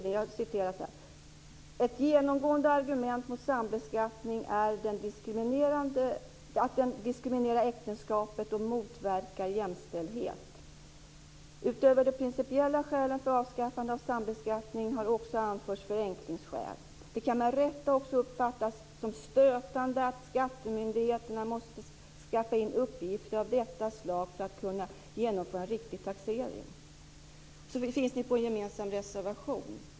Det heter där: Ett genomgående argument för sambeskattning är att den diskriminerar äktenskapet och motverkar jämställdhet. Utöver det principiella skälet för avskaffande av sambeskattning har också anförts förenklingsskäl. Det kan med rätta också uppfattas som stötande att skattemyndigheterna måste skaffa in uppgifter av detta slag för att kunna genomföra riktig taxering. Ni finns på en gemensam reservation.